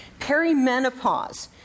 Perimenopause